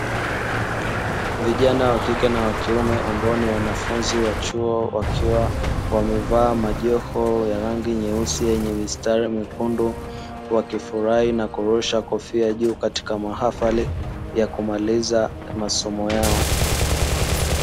Vijana wa kike na wa kiume, ambao ni wanafunzi wa chuo, wakiwa wamevaa majoho ya rangi nyeusi yenye mistari myekundu, wakifurahi na kurusha kofia juu katika mahafali ya kumaliza masomo yao.